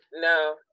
No